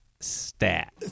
stat